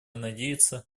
надеется